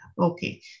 okay